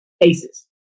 Aces